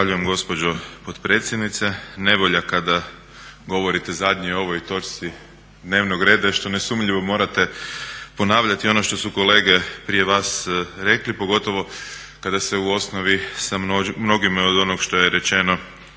Zahvaljujem gospođo potpredsjednice. Nevolja kada govorite zadnji o ovoj točci dnevnog reda je što nesumnjivo morate ponavljati ono što su kolege prije vas rekli, pogotovo kada se u osnovi sa mnogim od onoga što je rečeno